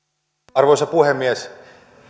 arvoisa puhemies